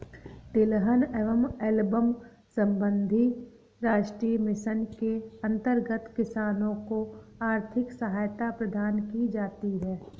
तिलहन एवं एल्बम संबंधी राष्ट्रीय मिशन के अंतर्गत किसानों को आर्थिक सहायता प्रदान की जाती है